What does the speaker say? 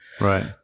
Right